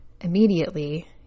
immediately